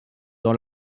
dans